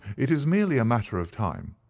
it is merely a matter of time.